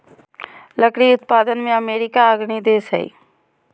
लकड़ी उत्पादन में अमेरिका अग्रणी देश हइ